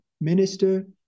minister